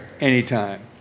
anytime